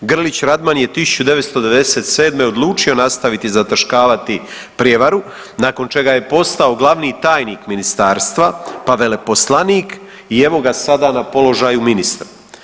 Grlić Radman je 1997. odlučio nastaviti zataškavati prijevaru nakon čega je postao glavni tajnik ministarstva, pa veleposlanik i evo ga sada na položaju ministra.